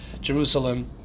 Jerusalem